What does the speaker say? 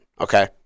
Okay